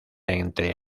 entre